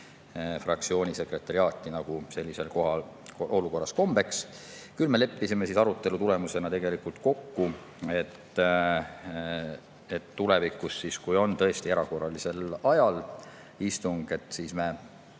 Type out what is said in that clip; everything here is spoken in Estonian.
fraktsiooni sekretariaati, nagu sellises olukorras kombeks. Küll me leppisime arutelu tulemusena tegelikult kokku, et tulevikus, kui on tõesti erakorralisel ajal istung, siis me